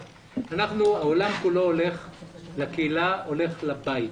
העולם כולו הולך לקהילה, הולך לבית,